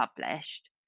published